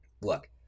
Look